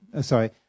sorry